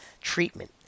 treatment